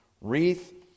wreath